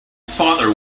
father